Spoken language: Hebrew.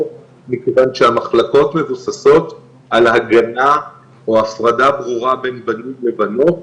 מכיוון שהמחלקות מבוססות על ההגנה או הפרדה ברורה בין בנים לבנות